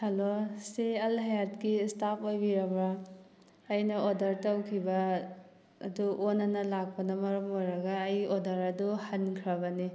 hello ꯁꯤ ꯑꯜ ꯍꯌꯥꯠꯀꯤ ꯏꯁꯇꯥꯐ ꯑꯣꯏꯕꯤꯔꯕꯣ ꯑꯩꯅ ꯑꯣꯗꯔ ꯇꯧꯈꯤꯕ ꯑꯗꯨ ꯑꯣꯟꯅꯅ ꯂꯥꯛꯄꯅ ꯃꯔꯝ ꯑꯣꯏꯔꯒ ꯑꯩ ꯑꯣꯗꯔ ꯑꯗꯨ ꯍꯟꯈ꯭ꯔꯕꯅꯤ